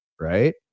Right